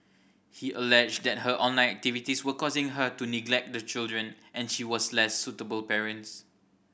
he alleged that her online activities were causing her to neglect the children and she was a less suitable parents